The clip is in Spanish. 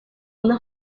una